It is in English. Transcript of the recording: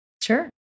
Sure